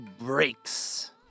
breaks